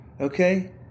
Okay